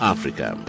Africa